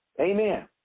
Amen